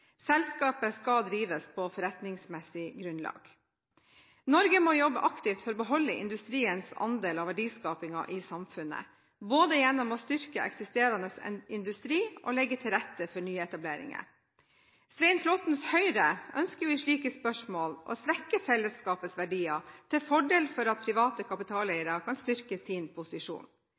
Selskapet skal drives på forretningsmessig grunnlag.» Norge må jobbe aktivt for å beholde industriens andel av verdiskapingen i samfunnet, både gjennom å styrke eksisterende industri og å legge til rette for nyetableringer. Svein Flåttens Høyre ønsker i slike spørsmål å svekke fellesskapets verdier til fordel for at private kapitaleiere kan styrke sin posisjon.